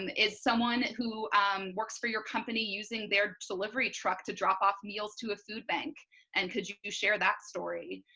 and is someone who works for your company using their delivery truck to drop-off meals to a food bank and could you share that story?